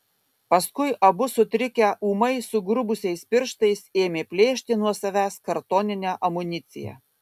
paskui abu sutrikę ūmai sugrubusiais pirštais ėmė plėšti nuo savęs kartoninę amuniciją